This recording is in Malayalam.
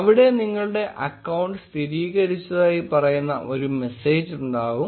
അവിടെ നിങ്ങളുടെ അക്കൌണ്ട് സ്ഥിരീകരിച്ചതായി പറയുന്ന ഒരു മെസ്സേജ് ഉണ്ടാകും